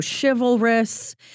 chivalrous